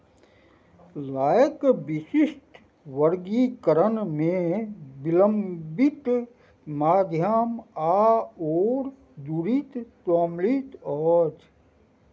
लायक विशिष्ट वर्गीकरणमे विलम्बित माध्यम आओर जुड़ित सम्मिलित अछि